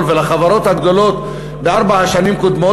ולחברות הגדולות בארבע השנים הקודמות,